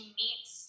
meets